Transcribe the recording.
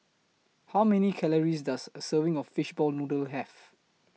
How Many Calories Does A Serving of Fishball Noodle Have